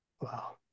Wow